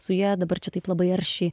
su ja dabar čia taip labai aršiai